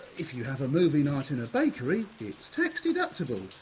if you have a movie night in a bakery, it's tax deductible.